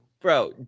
Bro